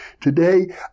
today